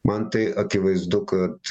man tai akivaizdu kad